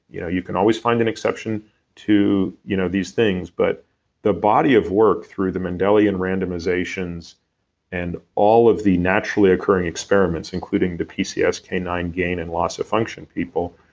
you know you can always find an exception to you know these things. but the body of work through the mendelian randomizations and all of the naturally occurring experiments including the pcs canine gain and loss of function people,